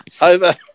over